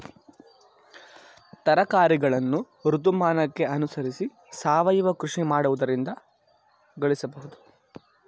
ತರಕಾರಿಗಳನ್ನು ಋತುಮಾನಕ್ಕೆ ಅನುಸರಿಸಿ ಸಾವಯವ ಕೃಷಿ ಮಾಡುವುದರಿಂದ ಗಳಿಸಬೋದು